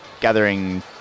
gathering